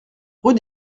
rue